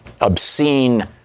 obscene